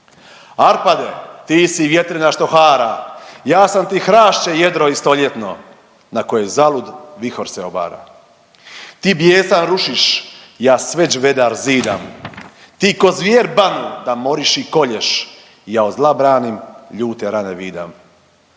Arpade ti si vjetrina što hara, ja sam ti hrašće, jedro i stoljetno na koje zalud se vihor se obara. Ti bijesan rušiš ja sveđ vedar zidam, ti ko zvjer banu da moriš i kolješ, ja od zla branim ljute rane vidam.